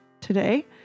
today